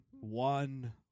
One